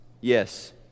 Yes